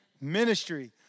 ministry